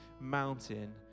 mountain